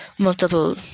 Multiple